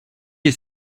est